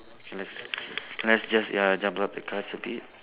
let's let's just ya jumble up the cards a bit